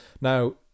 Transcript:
now